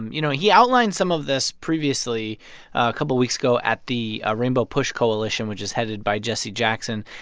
um you know, he outlined some of this previously a couple of weeks ago at the ah rainbow push coalition, which is headed by jesse jackson.